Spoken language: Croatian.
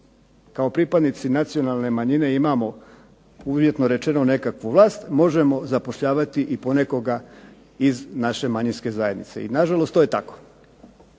kao pripadnici nacionalne manjine, uvjetno rečeno, nekakvu vlast možemo zapošljavati i ponekoga iz naše manjinske zajednice. I nažalost to je tako.